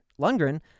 Lundgren